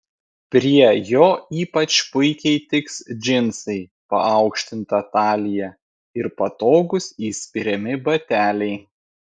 prie jo ypač puikiai tiks džinsai paaukštinta talija ir patogūs įspiriami bateliai